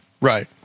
Right